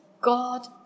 God